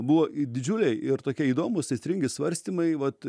buvo didžiuliai ir tokie įdomūs aistringi svarstymai vat